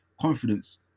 confidence